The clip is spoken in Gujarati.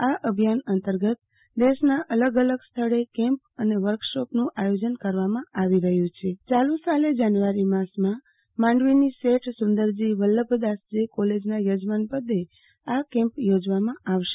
આ અભિયાન અંતર્ગત દેશના અલગ અલગ સ્થળે કેમ્પ અને વર્કશોપનું આયોજન કરવામાં આવી રહ્યુ છે યાલુ સાલે જાન્યુ આરી માસમાં મંદવીની શેઠ સું દરજી વલ્લભદાસજી કોલેજના યજમાન પદે આ કેમ્પ યોજવામાં આવશે